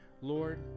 Lord